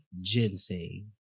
ginseng